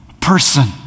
person